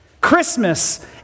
Christmas